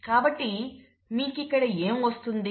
కాబట్టి మీకు ఇక్కడ ఏం వస్తుంది